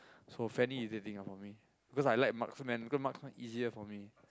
so Fanny is irritating lah for me because I I like marksman because marksman easier for me